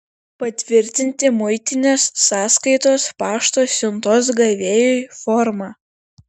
patvirtinti muitinės sąskaitos pašto siuntos gavėjui formą